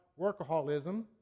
workaholism